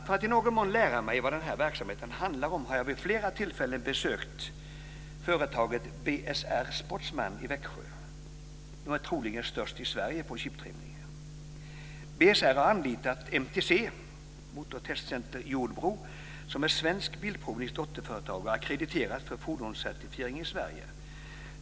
För att i någon mån lära mig vad den här verksamheten handlar om har jag vid flera tillfällen besökt företaget BSR Sportsman i Växjö, som troligen är störst i Sverige på chiptrimning. BSR har anlitat MTC, Motortestcenter i Jordbro, som är Svensk Bilprovnings dotterföretag och ackrediterat för fordonscertifiering i Sverige.